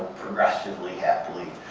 progressively, happily.